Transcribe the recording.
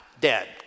dead